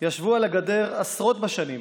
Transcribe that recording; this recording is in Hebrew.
ישבו על הגדר עשרות בשנים,